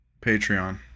patreon